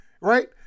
Right